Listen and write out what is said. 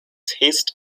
taste